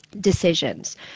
decisions